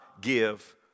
give